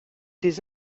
des